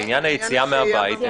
לעניין היציאה מהבית,